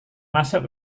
masuk